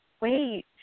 wait